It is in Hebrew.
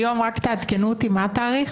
היום, רק תעדכנו אותי, מה התאריך?